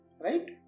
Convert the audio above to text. Right